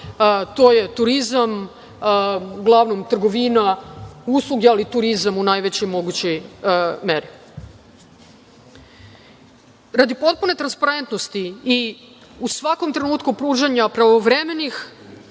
To je turizam, uglavnom trgovina, usluge, ali turizam u najvećoj mogućoj meri. Radi potpune transparentnosti i u svakom trenutku pružanja pravovremenih,